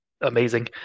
amazing